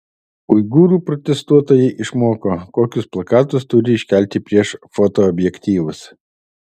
uigūrų protestuotojai išmoko kokius plakatus turi iškelti prieš fotoobjektyvus